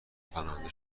پناهنده